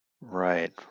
Right